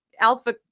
Alpha